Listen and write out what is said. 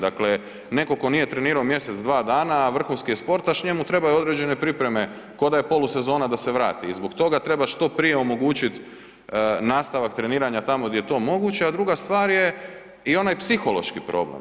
Dakle, neko ko nije treniro mjesec, dva dana, a vrhunski je sportaš, njemu trebaju određene pripreme koda je polusezona da se vrati i zbog toga treba što prije omogućit nastavak treniranja tamo gdje je to moguće, a druga stvar je i onaj psihološki problem.